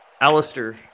Alistair